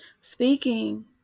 Speaking